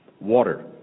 water